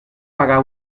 pagar